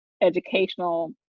educational